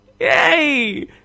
yay